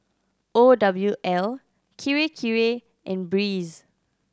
O W L Kirei Kirei and Breeze